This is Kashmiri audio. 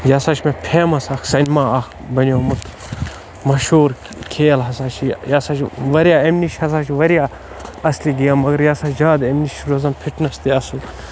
یہِ ہسا چھُ مےٚ فیمَس اَکھ سینما اَکھ بَنیومُت مشہوٗر کھیل ہسا چھِ یہِ ہسا چھِ واریاہ اَمہِ نِش ہسا چھِ واریاہ اَصلہِ گیمہِ مگر یہِ ہسا چھِ زیادٕ اَمہِ نِش چھِ روزان فِٹنٮ۪س تہِ اَصٕل